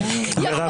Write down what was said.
מירב, משפט אחרון.